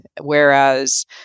Whereas